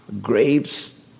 grapes